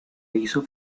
hizo